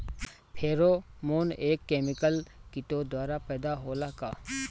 Pheromone एक chemical किटो द्वारा पैदा होला का?